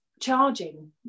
charging